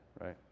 right